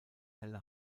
helle